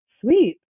sweet